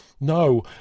No